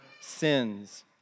sins